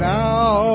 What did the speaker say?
now